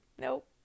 Nope